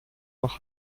noch